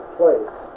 place